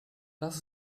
das